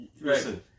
Listen